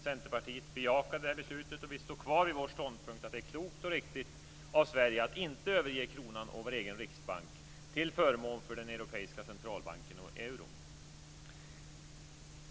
Centerpartiet bejakar detta beslut, och vi står kvar vid vår ståndpunkt att det är klokt och riktigt av Sverige att inte överge kronan och vår egen riksbank till förmån för den europeiska centralbanken och euron.